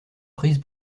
prise